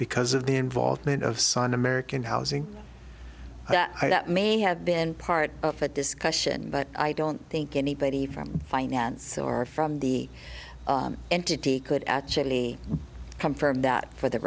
because of the involvement of sun american housing i that may have been part of that discussion but i don't think anybody from finance or from the entity could actually come from that for th